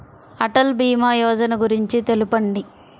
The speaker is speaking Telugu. అటల్ భీమా యోజన గురించి తెలుపండి?